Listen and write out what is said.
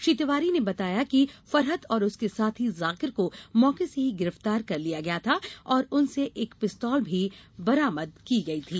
श्री तिवारी ने बताया कि फरहत और उसके साथी जाकिर को मौके से ही गिरफ्तार कर लिया गया था और उनसे एक पिस्तौल बरामद की थी